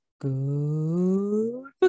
Good